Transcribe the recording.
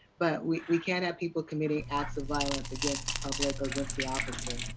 but we we cannot have people committing acts of violence against the public or against the officer.